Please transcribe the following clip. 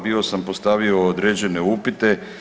Bio sam postavio određene upite.